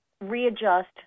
readjust